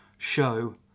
show